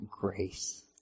Grace